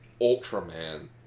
Ultraman